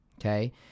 okay